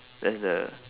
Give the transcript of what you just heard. that's the